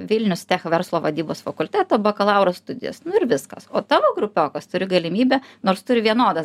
vilnius tech verslo vadybos fakulteto bakalauro studijas nu ir viskas o tavo grupiokas turi galimybę nors turi vienodas